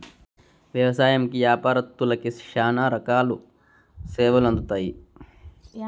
వ్యవసాయంకి యాపారత్తులకి శ్యానా రకాల సేవలు అందుతాయి